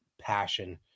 passion